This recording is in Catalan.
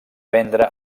vendre